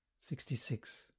Sixty-six